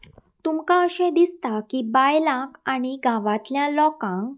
तुमकां अशें दिसता की बायलांक आनी गांवांतल्या लोकांक